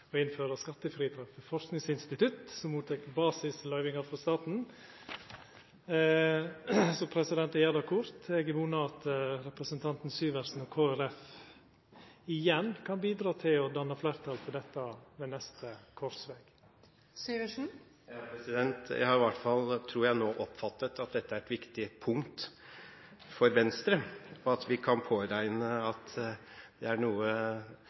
å innføra skattefritak for forskingsinstitutt som tek imot basisløyvingar frå staten. Eg gjer det kort: Eg vonar at representanten Syversen og Kristeleg Folkeparti igjen kan bidra til å danna fleirtal for dette ved neste krossveg. Jeg har i hvert fall – tror jeg – nå oppfattet at dette er et viktig punkt for Venstre, og at vi kan påregne at det er